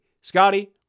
Scotty